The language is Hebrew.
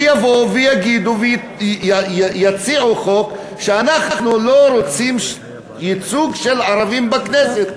ויבואו ויגידו ויציעו חוק שאנחנו לא רוצים ייצוג של ערבים בכנסת.